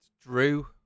Drew